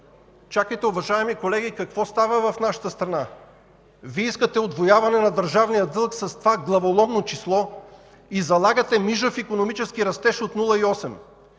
Чакайте, уважаеми колеги, какво става в нашата страна? Вие искате удвояване на държавния дълг с това главоломно число и залагате мижав икономически растеж от 0,8!